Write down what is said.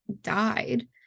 died